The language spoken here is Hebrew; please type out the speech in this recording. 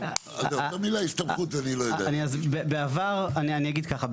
אני אגיד ככה,